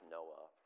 Noah